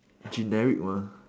generic mah